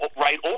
right